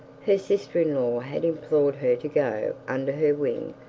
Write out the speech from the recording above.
her sister-in-law had implored her to go under her wing,